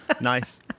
Nice